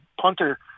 punter